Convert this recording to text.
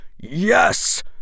Yes